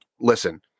listen